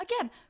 again